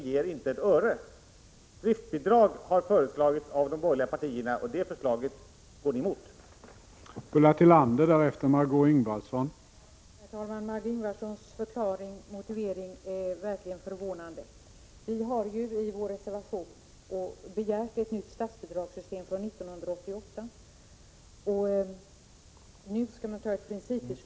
Från den 1 januari i år skall berörda landsting och kommuner betala omvårdnaden för eleverna i Skärholmens gymnasium. Kostnaden skall fördelas så att hemlandstinget betalar 40 96 och kommunen 60 26.